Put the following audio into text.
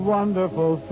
wonderful